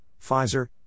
Pfizer